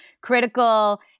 critical